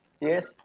yes